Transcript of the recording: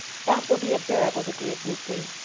that will be a bearable degree of gooseberry.